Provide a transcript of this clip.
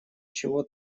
чего